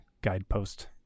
guidepost